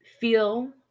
feel